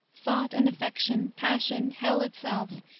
thought and affection, passion, hell itself,